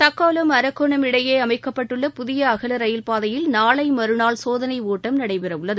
தக்கோலம் அரக்கோணம் இடையே அமைக்கப்பட்டுள்ள புதிய அகல ரயில் பாதையில் நாளை மறுநாள் சோதனை ஒட்டம் நடைபெறவுள்ளது